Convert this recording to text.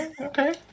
Okay